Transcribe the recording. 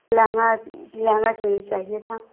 लहँगा लहँगा चुन्नी चाहिए था